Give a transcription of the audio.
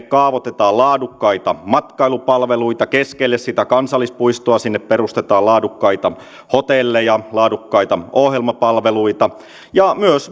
kaavoitetaan laadukkaita matkailupalveluita keskelle sitä kansallispuistoa sinne perustetaan laadukkaita hotelleja laadukkaita ohjelmapalveluita ja myös